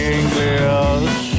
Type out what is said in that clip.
English